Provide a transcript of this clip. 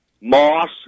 Moss